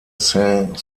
saint